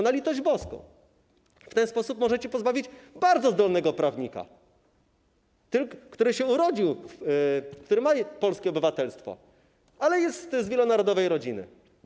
Na litość boską, w ten sposób możecie pozbawić tego bardzo zdolnego prawnika, który się urodził, który ma polskie obywatelstwo, ale jest z wielonarodowej rodziny.